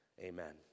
Amen